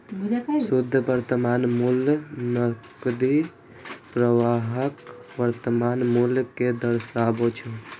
शुद्ध वर्तमान मूल्य नकदी प्रवाहक वर्तमान मूल्य कें दर्शाबै छै